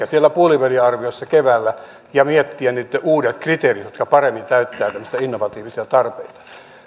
siellä puoliväliarviossa keväällä ja miettiä niitten uudet kriteerit jotka paremmin täyttävät tämmöisiä innovatiivisia tarpeita